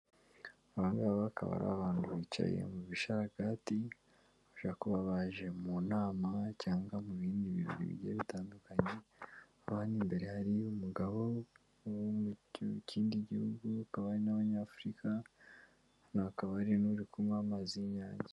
Aba ngaba akaba ari abantu bicaye mu bisharagati, bashobora kuba baje mu nama cyangwa mu bindi bigiye bitandukanye, urabona imbere hari umugabo wo mu kindi gihugu, hakaba hari n'Abanyafurika, hano hakaba hari n'uri kunywa amazi y'Inyange.